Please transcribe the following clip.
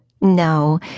No